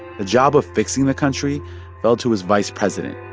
the job of fixing the country fell to his vice president,